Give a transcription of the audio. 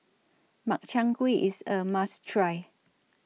Makchang Gui IS A must Try